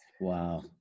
Wow